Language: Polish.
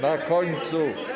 Na końcu.